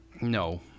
no